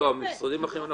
המשרדים האחרים,